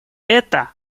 это